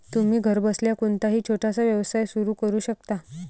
तुम्ही घरबसल्या कोणताही छोटासा व्यवसाय सुरू करू शकता